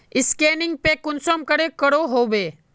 Scanning पे कुंसम करे करो होबे?